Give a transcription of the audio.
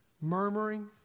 murmuring